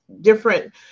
different